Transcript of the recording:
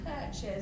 purchase